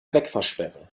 wegfahrsperre